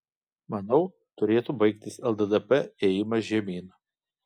manau turėtų baigtis lddp ėjimas žemyn